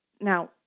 Now